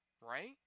right